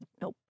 Nope